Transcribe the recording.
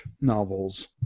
novels